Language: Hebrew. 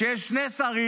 זה שיש שני שרים,